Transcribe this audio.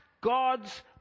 God's